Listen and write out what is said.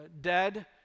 dead